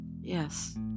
Yes